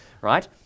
right